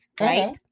right